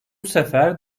sefer